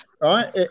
right